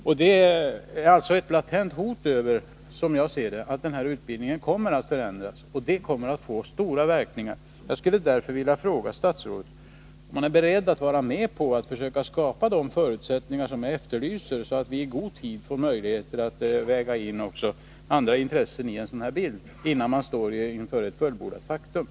Det föreligger alltså ett latent hot för att denna utbildning kommer att förändras, och det får betydande verkningar. Jag skulle därför vilja fråga statsrådet om han är beredd att vara med om att försöka skapa de förutsättningar som jag efterlyser, så att vi i god tid får möjlighet att väga in också andra intressen i denna bild innan vi står inför ett fullbordat faktum.